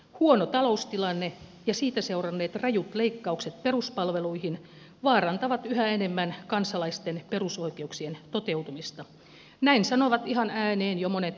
huono taloustilanne ja siitä seuranneet rajut leikkaukset peruspalveluihin vaarantavat yhä enemmän kansalaisten perusoikeuksien toteutumista näin sanovat ihan ääneen jo monet asiantuntijatkin